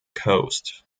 coast